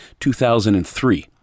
2003